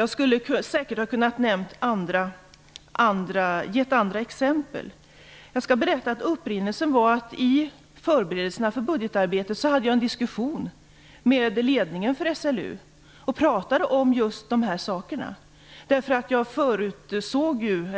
Jag skulle säkert ha kunnat gett andra exempel. Upprinnelsen var att jag i förberedelserna inför budgetarbetet hade en diskussion med ledningen för SLU och pratade om just dessa frågor.